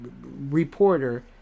reporter